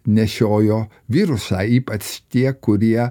nešiojo virusą ypač tie kurie